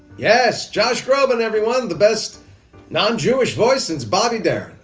yes, josh groban everyone the best non-jewish voice since bobby darin.